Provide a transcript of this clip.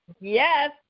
Yes